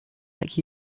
like